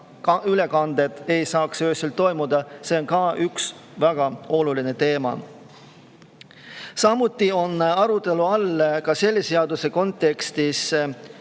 rahaülekanded ei saaks öösel toimuda. See on ka üks väga oluline teema. Samuti on olnud arutelu all – ka selle seaduse kontekstis